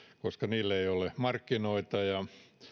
koska niille ei ole markkinoita ja